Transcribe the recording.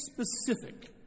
specific